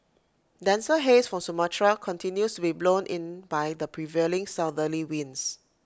denser haze from Sumatra continues to be blown in by the prevailing southerly winds